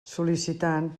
sol·licitant